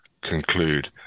conclude